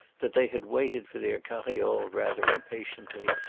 that they had waited for their carriole rather impatiently,